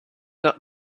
not